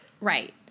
Right